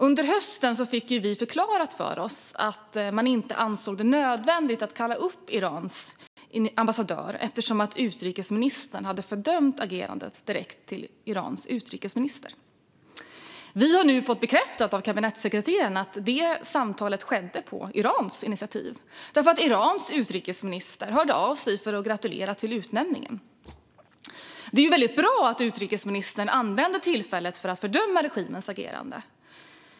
Under hösten fick vi förklarat för oss att man inte ansåg det nödvändigt att kalla upp Irans ambassadör eftersom utrikesministern hade fördömt agerandet direkt till Irans utrikesminister. Vi har fått bekräftat av kabinettssekreteraren att detta samtal skedde på Irans initiativ eftersom Irans utrikesminister hörde av sig för att gratulera till utnämningen. Det var bra att utrikesministern använde tillfället till att fördöma regimens agerande.